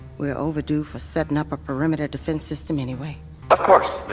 we're overdue for setting up a perimeter defense system, anyway of course,